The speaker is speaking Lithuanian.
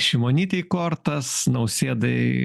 šimonytei kortas nausėdai